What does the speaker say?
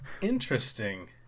Interesting